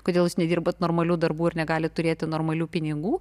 kodėl jūs nedirbat normalių darbų ir negalit turėti normalių pinigų